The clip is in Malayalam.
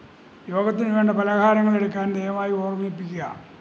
യോഗത്തിന് വേണ്ട പലഹാരങ്ങൾ എടുക്കാൻ ദയവായി ഓർമ്മിപ്പിക്കുക